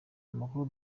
amakuru